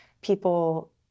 people